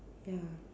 ya